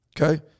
Okay